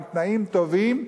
עם תנאים טובים,